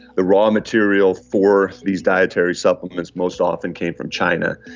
the raw material for these dietary supplements most often came from china.